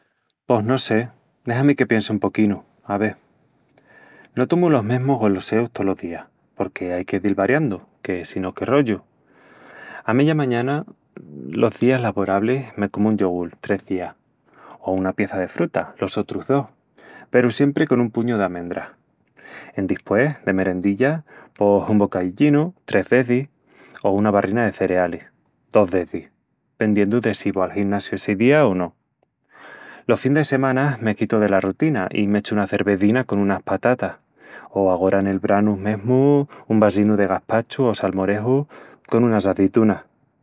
Pos no sé... dexa-mi que piensi un poquinu... Ave... no tomu los mesmus goloseus tolos días, porque ai que dil variandu, que si no, qué rollu... A meya mañana, los días laborablis, me comu un yogul (tres días) o una pieça de fruta (los otrus dos), peru siempri con un puñu d'amendras. Endispues, de merendilla, pos... un bocaillinu (tres vezis) o unas barrinas de cerealis (dos vezis), pendiendu de si vó al ginasiu essi día o no... Las fin-de-semanas me quitu dela rutina i m'echu una cervezina con unas patatas o agora nel branu, mesmu, un vasinu de gaspachu o salmoreju con unas azitunas.